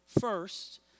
first